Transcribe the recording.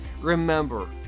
Remember